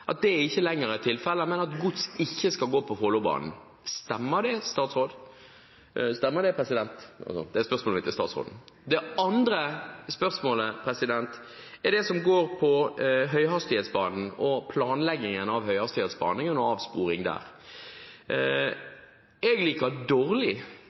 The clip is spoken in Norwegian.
på eksisterende linje, ikke lenger er tilfelle, og at gods ikke skal gå på Follobanen. Stemmer det? Det andre spørsmålet går på høyhastighetsbanen, planleggingen av høyhastighetsbanen og avsporingen der.